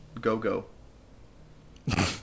Go-Go